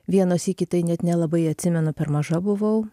vieną sykį tai net nelabai atsimenu per maža buvau